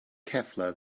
kevlar